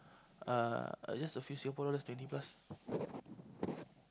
uh just a few Singaporean dollars twenty plus